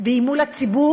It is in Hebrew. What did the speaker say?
והיא מול הציבור,